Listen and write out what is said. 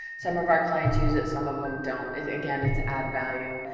some of our clients use it, some of em don't, again, it's add-value.